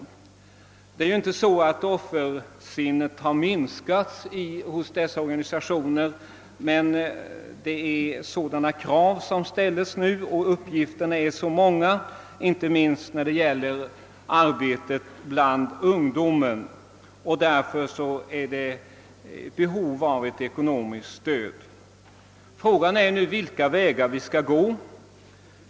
Offerviljan hos dessa organisationer har inte minskat, men det ställs nu allt större krav på dem och uppgifterna är många, inte minst när det gäller arbetet bland ungdomen. Det föreligger därför behov av ekonomiskt stöd. Frågan är vilka vägar vi skall gå.